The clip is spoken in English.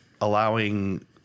allowing